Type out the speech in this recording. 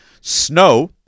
snow